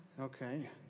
Okay